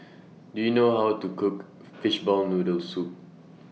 Do YOU know How to Cook Fishball Noodle Soup